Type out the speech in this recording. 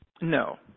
no